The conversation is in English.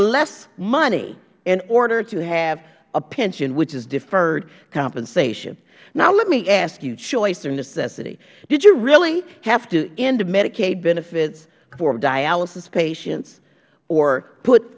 less money in order to have a pension which is deferred compensation now let me ask you choice or necessity did you really have to end medicaid benefits for dialysis patients or put